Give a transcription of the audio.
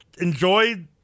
enjoy